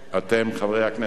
אתם, חברי הכנסת,